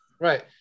Right